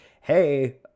hey